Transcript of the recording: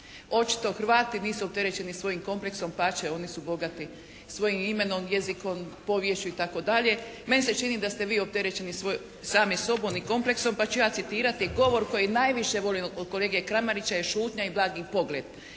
Očito Hrvati nisu opterećeni svojim kompleksom plaće, oni su bogati svojim imenom, jezikom, poviješću itd. Meni se čini da ste vi opterećeni sami sobom i kompleksom pa ću ja citirati govor koji najviše volim od kolege Kramarića, je šutnja i blagi pogled.